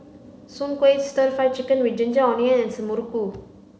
Soon Kuih Stir Fry Chicken with Ginger Onions and Muruku